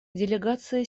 делегации